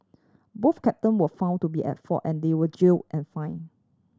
both captain were found to be at fault and they were jailed and fined